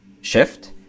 shift